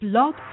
Blog